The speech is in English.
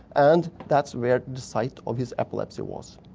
and that's where the site of his epilepsy was.